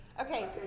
Okay